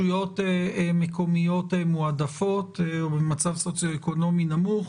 ברשויות מקומיות מועדפות או במצב סוציואקונומי נמוך.